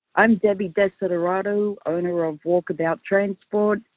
i'm debbie desiderato, owner of walkabout transport.